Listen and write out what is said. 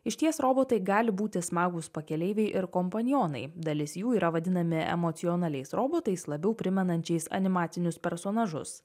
išties robotai gali būti smagūs pakeleiviai ir kompanionai dalis jų yra vadinami emocionaliais robotais labiau primenančiais animacinius personažus